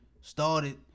started